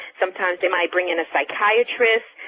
sometimes they might bring in a psychiatrist,